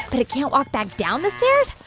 but it can't walk back down the stairs?